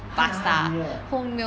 他拿他的 dinner ah